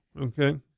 okay